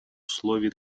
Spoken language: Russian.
условий